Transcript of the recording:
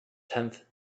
tenth